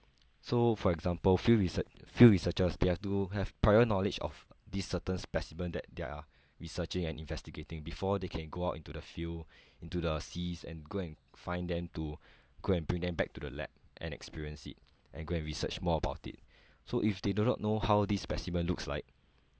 so for example field research~ field researchers they have to have prior knowledge of this certain specimen that they are researching and investigating before they can go out into the field into the seas and go and find them to go and bring them back to the lab and experience it and go and research more about it so if they do not know how this specimen looks like